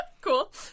cool